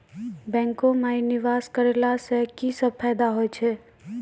बैंको माई निवेश कराला से की सब फ़ायदा हो छै?